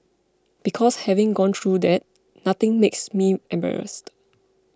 because having gone through that nothing makes me embarrassed